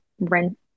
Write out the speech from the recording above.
rent